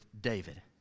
David